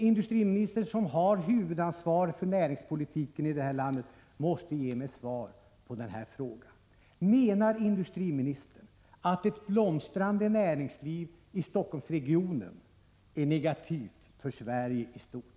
Industriministern, som har huvudansvaret för näringspolitiken i landet, måste ge mig svar på den här frågan: Menar industriministern att ett blomstrande näringsliv i Stockholmsregionen är negativt för Sverige i stort?